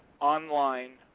online